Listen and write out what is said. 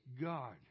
God